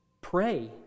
Pray